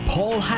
Paul